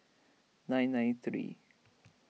nine nine three